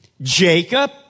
Jacob